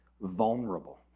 vulnerable